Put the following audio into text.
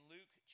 Luke